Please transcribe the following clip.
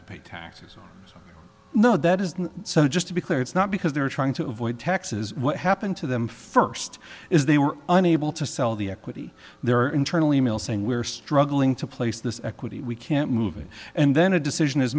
to pay taxes though that is so just to be clear it's not because they're trying to avoid taxes what happened to them first is they were unable to sell the equity their internal e mail saying we're struggling to place this equity we can't move it and then a decision is